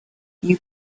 you